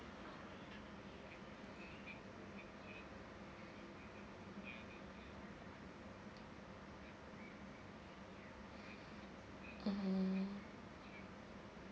mm